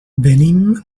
venim